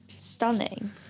Stunning